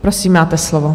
Prosím, máte slovo.